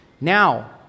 Now